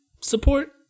support